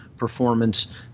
performance